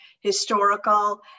historical